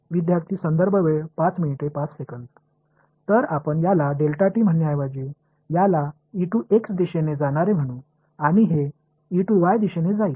विद्यार्थीः तर आपण याला म्हणण्याऐवजी याला एक्स दिशेने जाणारे म्हणू आणि हे वाय दिशेने जाईल